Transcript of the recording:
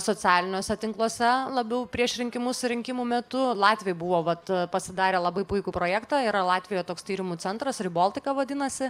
socialiniuose tinkluose labiau prieš rinkimus rinkimų metu latviai buvo vat pasidarę labai puikų projektą yra latvijoje toks tyrimų centras riboltika vadinasi